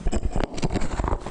בבקשה.